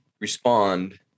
respond